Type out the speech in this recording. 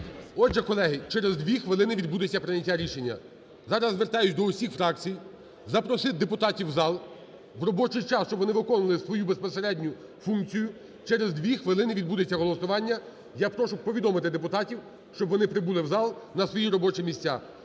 Отже, колеги, через 2 хвилини відбудеться прийняття рішення. Зараз звертаюся до усіх фракцій, запросити депутатів в зал в робочий час, щоб вони виконували свою безпосередню функцію. Через 2 хвилини відбудеться голосування. Я прошу повідомити депутатів, щоб вони прибули в зал на свої робочі місця.